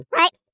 right